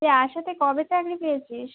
তুই আশাতে কবে চাকরি পেয়েছিস